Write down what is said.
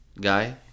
guy